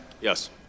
Yes